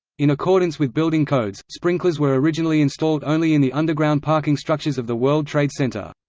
in accordance with building codes, sprinklers were originally installed only in the underground parking structures of the world trade center.